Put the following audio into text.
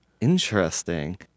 Interesting